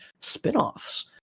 spinoffs